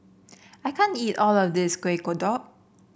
I can't eat all of this Kuih Kodok